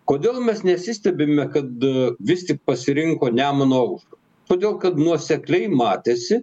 kodėl mes nesistebime kad vis tik pasirinko nemuno aušrą todėl kad nuosekliai matėsi